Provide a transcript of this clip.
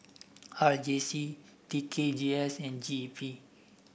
R J C T K G S and G E P